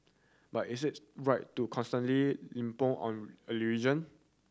but is it right to constantly lampoon on a religion